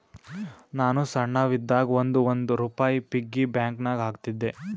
ನಾನು ಸಣ್ಣವ್ ಇದ್ದಾಗ್ ಒಂದ್ ಒಂದ್ ರುಪಾಯಿ ಪಿಗ್ಗಿ ಬ್ಯಾಂಕನಾಗ್ ಹಾಕ್ತಿದ್ದೆ